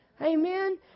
Amen